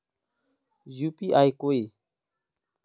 UPI कोई